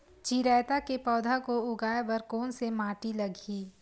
चिरैता के पौधा को उगाए बर कोन से माटी लगही?